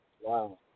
Wow